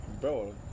Bro